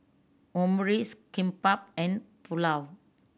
Omurice Kimbap and Pulao